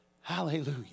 Hallelujah